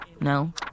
No